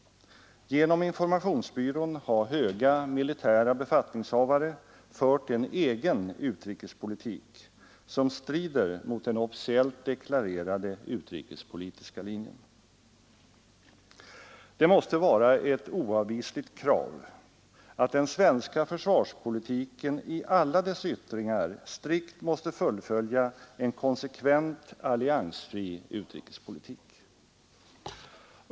Genom informationsbyrån har höga militära befattningshavare fört en egen utrikespolitik, som strider mot den officiellt deklarerade utrikespolitiska linjen. Det måste vara ett oavvisligt krav att den svenska försvarspolitiken i alla dessa yttringar strikt måste fullfölja en konsekvent alliansfri utrikespolitik.